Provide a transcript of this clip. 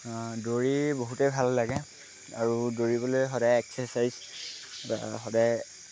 দৌৰি বহুতেই ভাল লাগে আৰু দৌৰিবলৈ সদায় এক্সাৰচাইজ বা সদায়